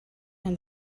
and